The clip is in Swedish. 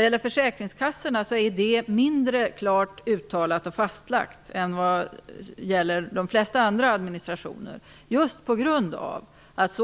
För försäkringskassorna är det mindre klart uttalat och fastlagt än för de flesta andra administrationer, just på grund av att